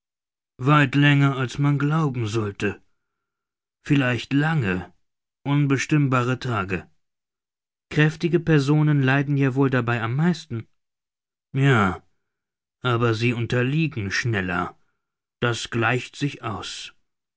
weit länger als man glauben sollte vielleicht lange unbestimmbare tage kräftige personen leiden ja wohl dabei am meisten ja aber sie unterliegen schneller das gleicht sich aus